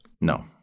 No